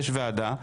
יש ועדה,